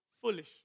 foolish